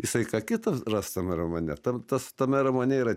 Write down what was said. jisai ką kita ras tame romane tam tas tame romane yra